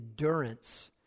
endurance